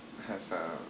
have uh